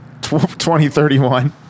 2031